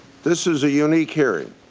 this is a unique hearing.